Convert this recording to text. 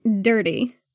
dirty